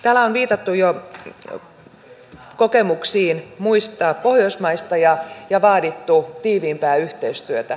täällä on jo viitattu kokemuksiin muista pohjoismaista ja vaadittu tiiviimpää yhteistyötä